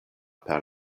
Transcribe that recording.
per